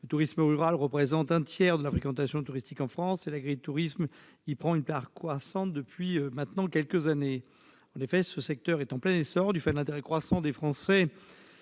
Le tourisme rural représente un tiers de la fréquentation touristique en France, et l'agritourisme y prend une place croissante depuis quelques années. En effet, ce secteur est en plein essor du fait de l'intérêt croissant des Français